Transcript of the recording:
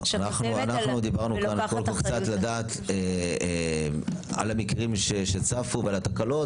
אנחנו דיברנו כאן על המקרים שצפו ועל התקלות,